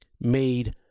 Made